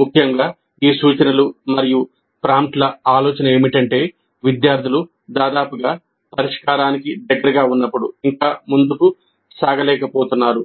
ముఖ్యంగా ఈ సూచనలు మరియు ప్రాంప్ట్ల ఆలోచన ఏమిటంటే విద్యార్థులు దాదాపుగా పరిష్కారానికి దగ్గరగా ఉన్నప్పుడు ఇంకా ముందుకు సాగలేకపోతున్నారు